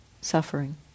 suffering